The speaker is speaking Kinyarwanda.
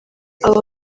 abo